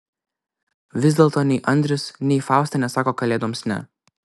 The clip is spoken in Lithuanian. vis dėlto nei andrius nei fausta nesako kalėdoms ne